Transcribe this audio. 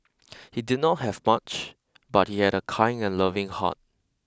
he did not have much but he had a kind and loving heart